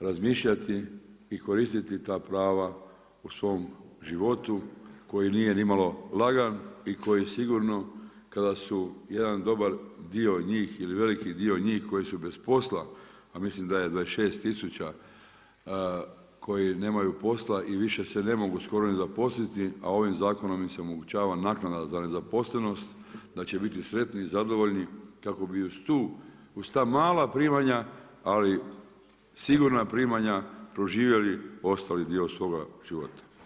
razmišljati i koristiti ta prava u svom životu koji nije ni malo lagan i koji sigurno kada su jedan dobar dio njih ili veliki dio njih koji su bez posla, a mislim da je 26000 koji nemaju posla i više se ne mogu skoro ni zaposliti, a ovim zakonom im se omogućava naknada za nezaposlenost, da će biti sretni i zadovoljni kako bi uz tu, uz ta mala primanja, ali sigurna primanja proživjeli ostali dio svoga života.